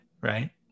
right